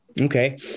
okay